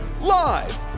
Live